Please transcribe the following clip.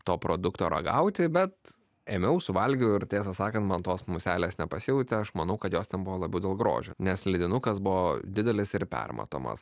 to produkto ragauti bet ėmiau suvalgiau ir tiesą sakant man tos muselės nepasijautė aš manau kad jos ten buvo labai dėl grožio nes leidinukas buvo didelis ir permatomas